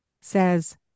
says